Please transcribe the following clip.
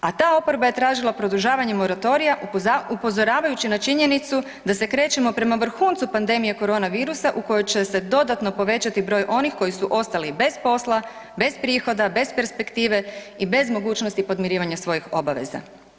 A ta oporba je tražila produžavanje moratorija upozoravajući na činjenicu da se krećemo prema vrhuncu pandemije korona virusa u kojoj će se dodatno povećati broj onih koji su ostali bez posla, bez prihoda, bez perspektive i bez mogućnosti podmirivanja svojih obaveza.